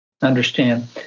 understand